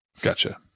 Gotcha